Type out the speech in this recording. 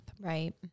Right